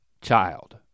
child